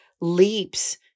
leaps